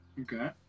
Okay